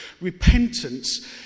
Repentance